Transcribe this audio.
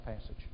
passage